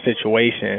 situation